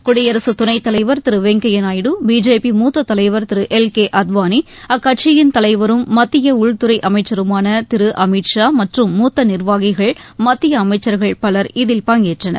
குடியரசுத் துணைத் தலைவர் திரு வெங்கய்யா நாயுடு பிஜேபி மூத்த தலைவர் திரு எல் கே அத்வானி அக்கட்சியின் தலைவரும் மத்திய உள்துறை அமைச்சருமான திரு அமித் ஷா மற்றும் மூத்த நிர்வாகிகள் மத்திய அமைச்சர்கள் பலர் இதில் பங்கேற்றனர்